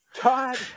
Todd